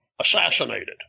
assassinated